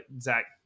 Zach